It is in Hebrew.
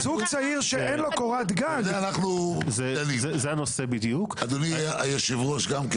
זוג צעיר שאין לו קורת גג --- אדוני היושב-ראש גם כן